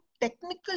technical